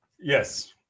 yes